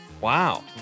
Wow